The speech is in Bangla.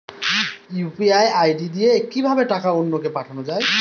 ইউ.পি.আই আই.ডি দিয়ে কিভাবে টাকা অন্য কে পাঠানো যায়?